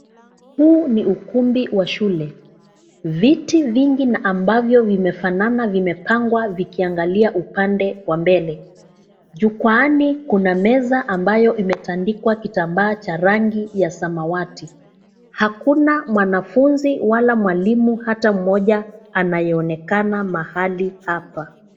Huu ni ukumbi wa shule viti vingi na ambavyo vimefanana vimepangwa vikiangalia upande wa mbele. Jukwani kuna meza ambayo imetandikwa kitambaa cha rangi ya samawati. Hakuna mwanafunzi wala mwalimu hata mmoja anayeonekana mahali hapa.